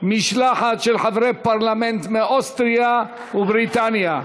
משלחת של חברי פרלמנט מאוסטרליה ומבריטניה,